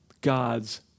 God's